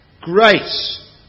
Grace